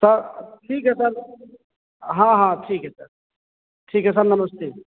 sir तो ठीक है सर हाँ हाँ ठीक है सर ठीक है सर नमस्ते